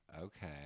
Okay